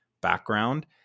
background